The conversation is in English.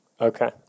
Okay